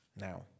Now